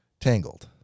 Tangled